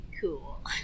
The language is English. cool